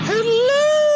Hello